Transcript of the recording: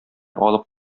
алып